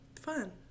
Fun